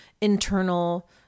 internal